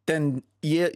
ten jie